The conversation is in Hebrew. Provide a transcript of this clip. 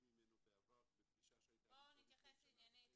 ממנו בעבר בפגישה שהיתה כבר לפני שנה וחצי.